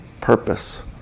purpose